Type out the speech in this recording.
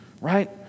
right